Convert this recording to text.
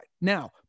now